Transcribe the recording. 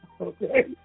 okay